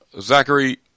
Zachary